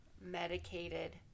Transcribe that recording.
medicated